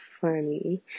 funny